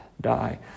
die